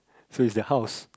so is the house